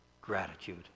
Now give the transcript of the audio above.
gratitude